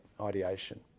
ideation